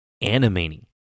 animating